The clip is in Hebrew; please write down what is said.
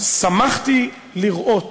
שמחתי לראות